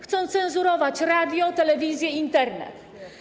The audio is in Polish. Chcą cenzurować radio, telewizję i Internet.